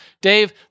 Dave